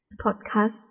podcast